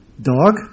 Dog